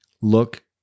Look